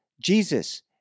Jesus